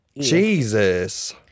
Jesus